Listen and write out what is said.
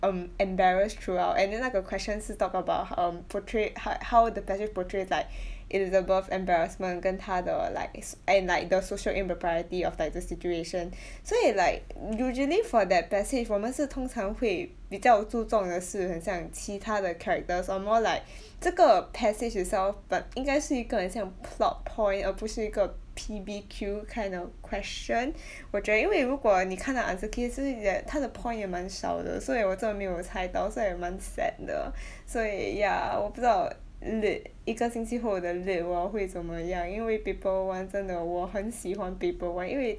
um embarassed throughout and then 那个 question 是 talk about portray um ha how the passage portray is like Elizabeth embarassment 跟她的 like ex~ and like the social impropriety of like this situation 所以 like usually for that passage 我们是通常会比较注重的是很像其他的 characters or more like 这个 passage itself but 应该是一个很像 plot point 而不是一个 P_B_Q kinda question 我觉因为如果你看那 answer case 也注意 that 她的 point 也蛮少的 so that 我真的没有猜到 so I 蛮 sad 的 所以 ya 我不知道 lit 一个星期后的 lit 我会怎么样因为 paper one 真的我很喜欢 paper one 因为